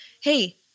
hey